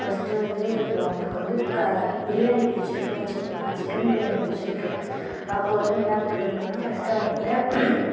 first வந்து இப்போ அவங்களுக்கு வந்து க பிரியாணி பிடிச்சிருக்குனு வச்சிக்கங்களேன் சிக்கன் பிரியாணி பிடிச்சிருக்கு அப்போது வந்து என்ன பண்ணணுன்னால் ஃபஸ்ட்டு அவங்கள்ட்ட